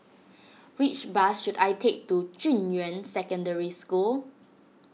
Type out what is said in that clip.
which bus should I take to Junyuan Secondary School